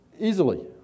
Easily